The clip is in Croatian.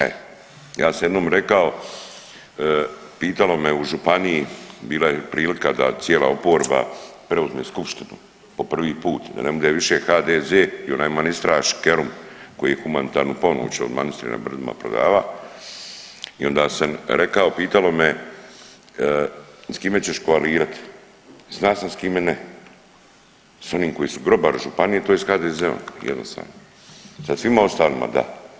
E, ja sam jednom rekao, pitalo me u županiji, bila je prilika da cijela oporba preuzme skupštinu po prvi put da ne bude više HDZ i onaj manistraš Kerum koji je humanitarnu pomoć od manistre na Brdima prodava i onda sam rekao, pitalo me s kime ćeš koalirati, zna sam s kime ne, s onim koji su grobari županije tj. HDZ-om jednostavno, sa svima ostalima da.